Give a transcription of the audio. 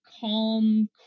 calm